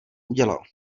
udělal